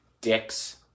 dicks